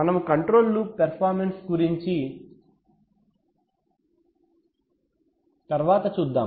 మనము control loop performance గురించి తర్వాత చూద్దాం